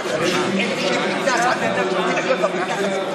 באולם וטרם הצביע ורוצה להצביע?